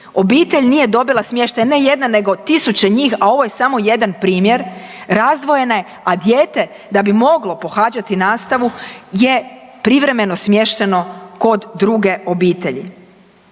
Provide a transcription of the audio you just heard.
obitelj nije dobila smještaj ne jedna, nego tisuće njih, a ovo je samo jedan primjer razdvojene. A dijete da bi moglo pohađati nastavu je privremeno smješteno kod druge obitelji.